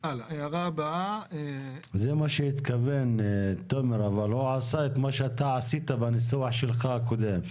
זה מה שהתכוון תומר אבל הוא עשה את מה שאתה עשית בניסוח שלך הקודם.